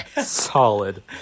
solid